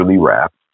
wrapped